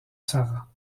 sara